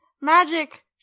magic